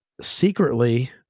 secretly